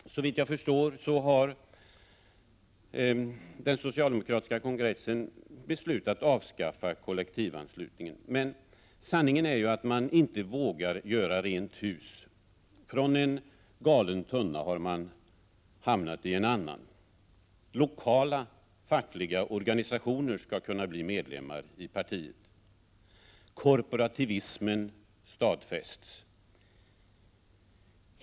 Såvitt jag förstår har den socialdemokratiska kongressen beslutat avskaffa kollektivanslutningen. Men sanningen är att man inte vågar göra rent hus. Från en galen tunna har man hamnat i en annan. Lokala fackliga organisationer skall kunna bli medlemmar i partiet. Korporativismen stadfästs.